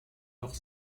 noch